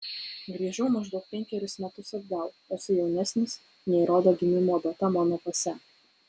grįžau maždaug penkerius metus atgal esu jaunesnis nei rodo gimimo data mano pase